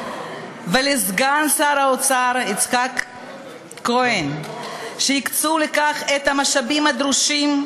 ולסגן שר האוצר יצחק כהן שהקצו לכך את המשאבים הדרושים.